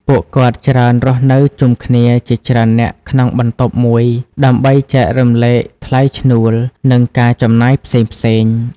ពួកគាត់ច្រើនរស់នៅជុំគ្នាជាច្រើននាក់ក្នុងបន្ទប់មួយ ដើម្បីចែករំលែកថ្លៃឈ្នួល និងការចំណាយផ្សេងៗ។